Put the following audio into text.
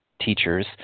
teachers